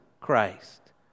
Christ